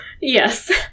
Yes